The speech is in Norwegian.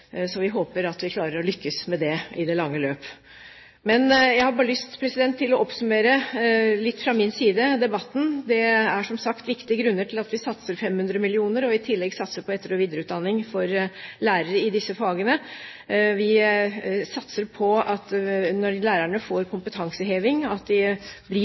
Vi håper vi klarer å lykkes med det i det lange løp. Jeg har bare lyst til å oppsummere debatten litt fra min side. Det er, som sagt, viktige grunner til at vi satser 500 mill. kr og i tillegg satser på etter- og videreutdanning for lærere i disse fagene. Vi satser på at lærerne, når de får